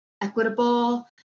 equitable